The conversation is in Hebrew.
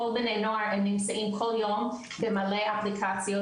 כל בני הנוער נמצאים כל יום במלא אפליקציות,